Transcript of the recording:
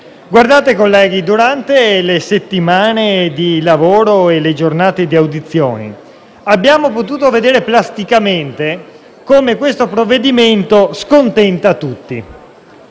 cantieri. Colleghi, durante le settimane di lavoro e le giornate di audizioni abbiamo potuto vedere plasticamente come questo provvedimento scontenti tutti: